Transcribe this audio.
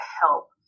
help